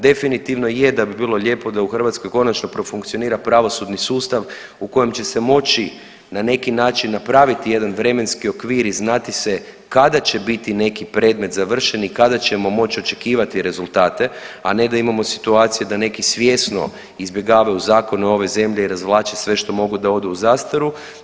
Definitivno je da bi bilo lijepo da u Hrvatskoj konačno profunkcionira pravosudni sustav u kojem će se moći na neki način napraviti jedan vremenski okvir i znati se kada će biti neki predmet završen i kada ćemo moći očekivati rezultate, a ne da imamo situacije da neki svjesno izbjegavaju zakone ove zemlje i razvlače sve što mogu da ode u zastaru.